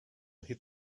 hit